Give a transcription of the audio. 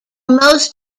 most